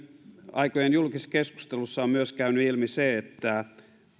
aikojen julkisessa keskustelussa on myös käynyt ilmi se että